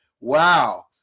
Wow